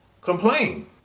complain